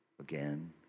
again